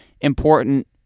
important